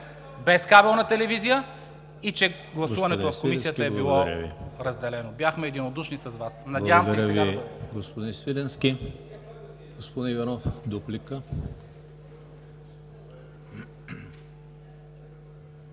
без кабелна телевизия и че гласуването в Комисията е било разделено. Бяхме единодушни с Вас. Надявам се и сега да бъдем.